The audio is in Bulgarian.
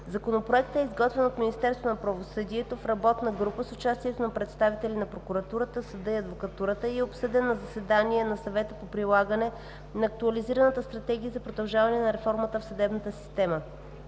Законопроектът е изготвен от Министерството на правосъдието в работна група с участието на представители на прокуратурата, съда и адвокатурата и е обсъден на заседание на Съвета по прилагане на актуализираната стратегия за продължаване на реформата в съдебната система.